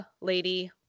lady